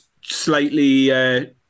slightly